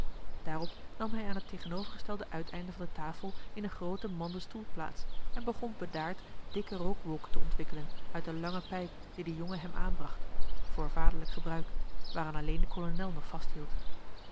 novellen hij aan het tegenovergestelde uiteinde van de tafel in een grooten manden stoel plaats en begon bedaard dikke rookwolken te ontwikkelen uit de lange pijp die de jongen hem aanbracht voorvaderlijk gebruik waaraan alleen de kolonel nog vasthield